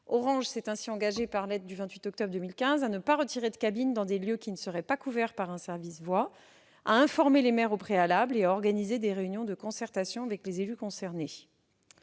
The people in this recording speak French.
Orange s'est ainsi engagé, par lettre du 28 octobre 2015, à ne pas retirer de cabines dans des lieux qui ne seraient pas couverts par un service voix, à informer les maires au préalable et à organiser des réunions de concertation avec les élus concernés.